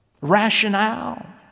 Rationale